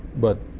but